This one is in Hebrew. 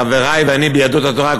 חברי ואני ביהדות התורה,